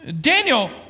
Daniel